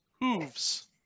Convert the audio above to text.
Hooves